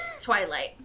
Twilight